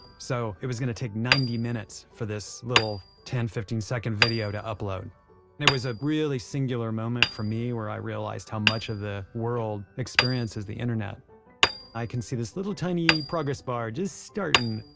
so it was going to take ninety minutes for this little ten, fifteen second video to upload and it was a really singular moment for me, where i realized how much of the world experiences the internet i can see this little tiny progress bar, just starting.